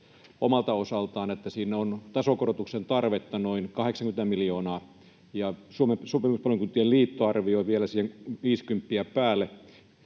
omalta osaltaan, että siellä on tasokorotuksen tarvetta noin 80 miljoonaa, ja Suomen Sopimuspalokuntien Liitto arvioi vielä siihen